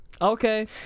Okay